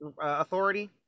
authority